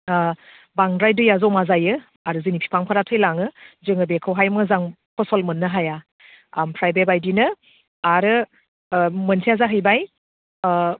बांद्राय दैया जमा जायो आरो जोंनि बिफांफोरा थैलाङो जोङो बेखौहाय मोजां फसल मोननो हाया ओमफ्राय बेबायदिनो आरो मोनसेया जाहैबाय